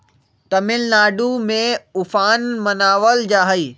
तमिलनाडु में उफान मनावल जाहई